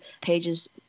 pages